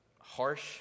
harsh